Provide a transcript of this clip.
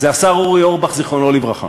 זה השר אורי אורבך, זיכרונו לברכה.